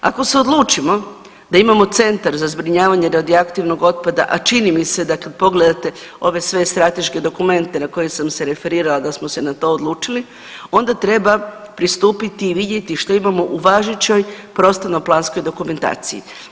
Ako se odlučimo da imamo centar za zbrinjavanje radioaktivnog otpada, a čini mi se da kada pogledate ove sve strateške dokumente na koje sam se referirala da smo se na to odlučili, onda treba pristupiti i vidjeti što imamo u važećoj prostorno-planskoj dokumentaciji.